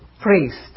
priest